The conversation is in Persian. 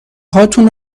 هاتون